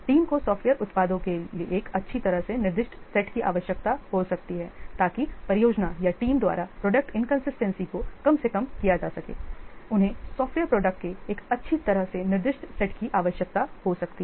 team को software उत्पादों के एक अच्छी तरह से निर्दिष्ट सेट की आवश्यकता हो सकती है ताकि परियोजना या टीम द्वारा प्रोडक्ट इनकंसिस्टेंसी को कम से कम किया जा सके उन्हें सॉफ्टवेयर प्रोडक्ट के एक अच्छी तरह से निर्दिष्ट सेट की आवश्यकता हो सकती है